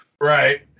Right